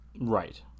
right